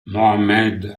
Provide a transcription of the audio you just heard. mohammed